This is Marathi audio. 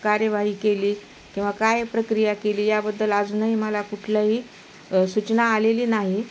कार्यवाही केली किंवा काय प्रक्रिया केली याबद्दल अजूनही मला कुठल्याही सूचना आलेली नाही